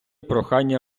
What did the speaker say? прохання